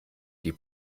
die